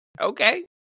Okay